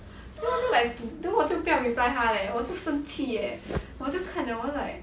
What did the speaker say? then 我就 like du~ then 我就不要 reply 他 leh 我就生气 leh 我就看 liao 我就 like